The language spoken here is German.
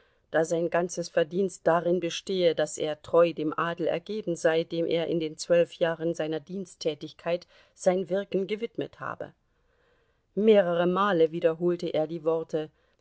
da sein ganzes verdienst darin bestehe daß er treu dem adel ergeben sei dem er in den zwölf jahren seiner diensttätigkeit sein wirken gewidmet habe mehrere male wiederholte er die worte